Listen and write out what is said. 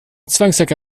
zwangsjacke